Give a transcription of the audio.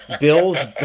Bills